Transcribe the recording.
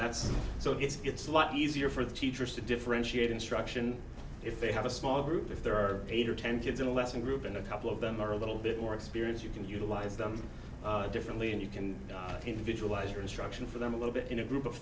that's so it's get slightly easier for the teachers to differentiate instruction if they have a small group if there are eight or ten kids in a lesson group and a couple of them are a little bit more experience you can utilize them differently and you can visualize your instruction for them a little bit in a group of